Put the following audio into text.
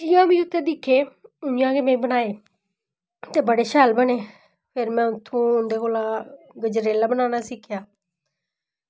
जि'यां गै में उत्थें दिक्खे उ'आं में बनाये ते बड़े शैल बने ते फिर में उत्थुं उंदे कोला गजरेला बनाना सिक्खेआ